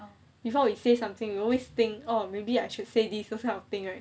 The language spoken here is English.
before we say something you always think oh maybe I should say this kind of thing right